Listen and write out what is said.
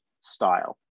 style